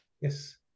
Yes